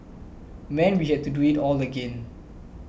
meant we had to do it all again